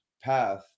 path